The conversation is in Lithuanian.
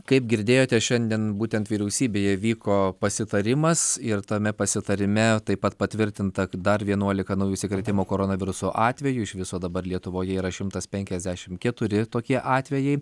kaip girdėjote šiandien būtent vyriausybėje vyko pasitarimas ir tame pasitarime taip pat patvirtinta dar vienuolika naujų užsikrėtimo koronavirusu atvejų iš viso dabar lietuvoje yra šimtas penkiasdešimt keturi tokie atvejai